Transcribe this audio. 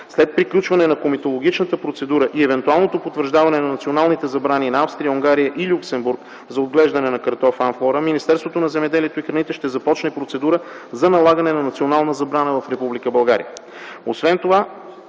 След приключване на комитологичната процедура и евентуалното потвърждаване на националните забрани на Австрия, Унгария и Люксембург за отглеждане на картоф „Амфлора”, Министерството на земеделието и храните ще започне процедура за налагане на национална забрана в